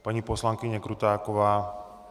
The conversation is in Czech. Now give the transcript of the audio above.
Paní poslankyně Krutáková...